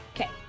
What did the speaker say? Okay